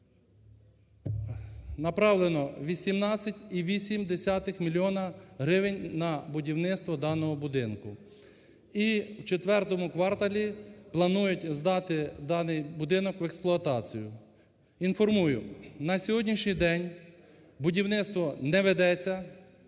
відповідь, що направлено 18,8 мільйона гривень на будівництво даного будинку, і в ІV кварталі планують здати даний будинок в експлуатацію. Інформую: на сьогоднішній день будівництво не ведеться,